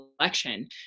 election